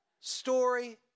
story